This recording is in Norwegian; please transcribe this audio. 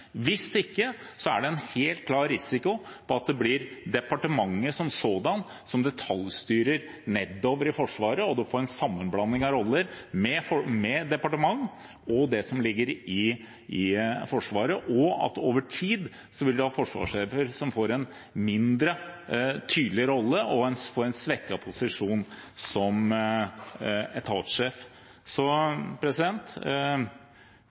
Hvis ikke er det helt klart en risiko for at det blir departementet som sådant som detaljstyrer nedover i Forsvaret, og man får en sammenblanding av roller, med departement og det som ligger i Forsvaret, og at man over tid vil ha forsvarssjefer som får en mindre tydelig rolle og en svekket posisjon som etatssjef. Så